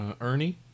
Ernie